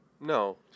no